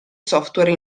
software